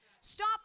Stop